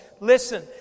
Listen